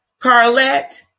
Carlette